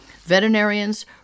Veterinarians